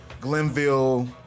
Glenville